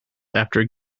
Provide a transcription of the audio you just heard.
after